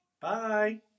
Bye